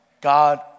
God